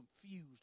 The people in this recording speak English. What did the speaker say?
confused